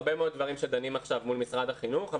הרבה מאוד דברים דנים עכשיו מול משרד החינוך.